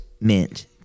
meant